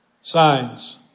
Signs